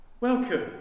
Welcome